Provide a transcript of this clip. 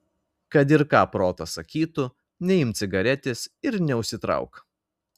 kad ir ką protas sakytų neimk cigaretės ir neužsitrauk